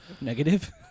Negative